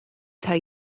tell